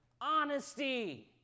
honesty